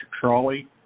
Trolley